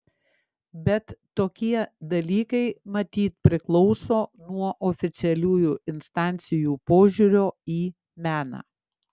bet tokie dalykai matyt priklauso nuo oficialiųjų instancijų požiūrio į meną